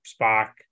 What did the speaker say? Spock